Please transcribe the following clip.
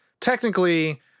technically